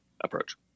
approach